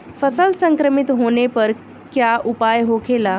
फसल संक्रमित होने पर क्या उपाय होखेला?